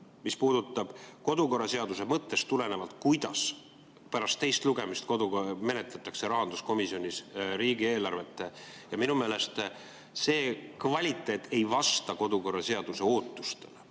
mis puudutab kodukorraseaduse mõttest tulenevalt, kuidas pärast teist lugemist menetletakse rahanduskomisjonis riigieelarvet. Minu meelest see kvaliteet ei vasta kodukorraseaduse ootustele